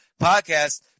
podcast